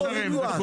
זה כבר קורה.